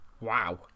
Wow